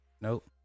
nope